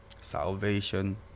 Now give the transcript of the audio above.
salvation